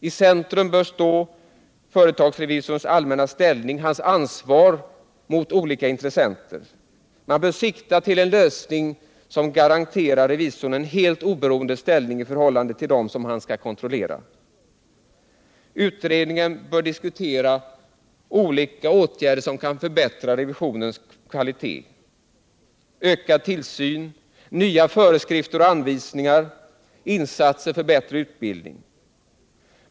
I centrum bör stå företagsrevisorns allmänna ställning, hans ansvar mot olika intressenter. Man bör sikta till en lösning som garanterar revisorn en helt oberoende ställning i förhållande till dem som han skall kontrollera. Utredningen bör diskutera olika åtgärder som kan förbättra revisionens kvalitet: ökad tillsyn, nya föreskrifter och anvisningar, insatser för bättre utbildning.